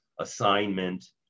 assignment